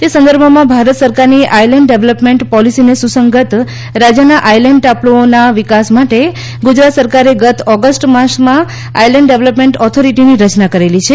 તે સંદર્ભમાં ભારત સરકારની આયલેન્ડ ડેવલપમેન્ટ પોલિસીને સુસંગત રાજ્યના આયલેન્ડ ટાપૂઓના વિકાસ માટે ગુજરાત સરકારે ગત ઓગસ્ટ માસમાં આયલેન્ડ ડેવલપમેન્ટ ઓથોરિટીની રચના કરેલી છે